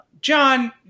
John